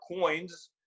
coins